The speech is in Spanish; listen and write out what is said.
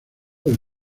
del